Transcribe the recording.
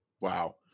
Wow